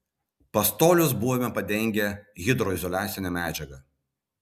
pastolius buvome padengę hidroizoliacine medžiaga